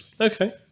Okay